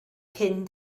cyn